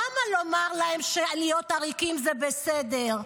למה לומר להם שלהיות עריקים זה בסדר?